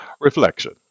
Reflection